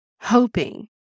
hoping